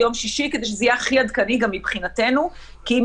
ביום שישי כדי שזה יהיה הכי עדכני גם מבחינתנו כי אם